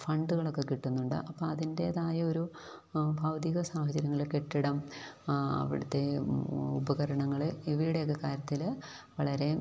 ഫണ്ടുകളൊക്ക കിട്ടുന്നുണ്ട് അപ്പോള് അതിന്റേതായൊരു ഭൗതികസാഹചര്യങ്ങള് കെട്ടിടം ആ അവിടുത്തെ ഉപകരണങ്ങള് ഇവയുടെയൊക്കെ കാര്യത്തില് വളരെ